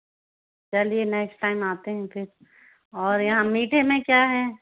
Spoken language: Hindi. चलिए नेक्सट टाइम आते हैं फिर और यहाँ मीठे में क्या है